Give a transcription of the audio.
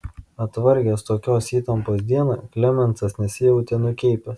atvargęs tokios įtampos dieną klemensas nesijautė nukeipęs